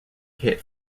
hit